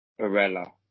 Barella